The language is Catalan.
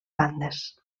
bandes